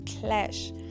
clash